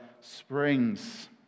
springs